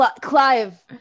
Clive